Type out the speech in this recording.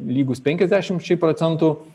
lygus penkiasdešimčiai procentų